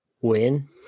win